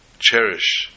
Cherish